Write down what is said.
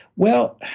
well,